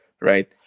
right